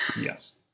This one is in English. Yes